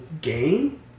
game